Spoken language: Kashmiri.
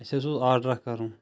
اسہِ حظ اوس آڈَر اَکھ کَرُن